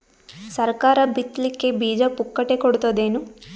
ಸರಕಾರ ಬಿತ್ ಲಿಕ್ಕೆ ಬೀಜ ಪುಕ್ಕಟೆ ಕೊಡತದೇನು?